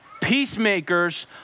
Peacemakers